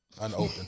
unopened